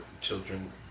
children